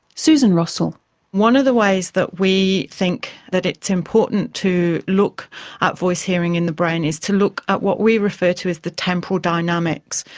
susan rossell one of the ways that we think that it's important to look at voice-hearing in the brain is to look at what we refer to as the temporal dynamics,